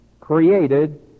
created